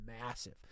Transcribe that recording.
massive